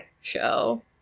show